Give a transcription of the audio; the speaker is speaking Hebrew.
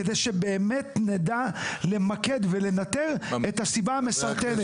כדי שבאמת נדע למקד ולנטר את הסיבה המסרטנת,